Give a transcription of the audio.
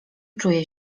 czuję